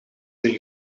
een